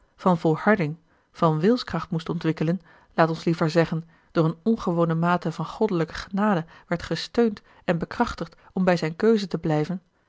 van volharding van wilskracht moest ontwikkelen laat ons liever zeggen door eene ongewone mate van goddelijke genade werd gesteund en bekrachtigd om bij zijne keuze te blijven